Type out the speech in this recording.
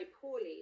poorly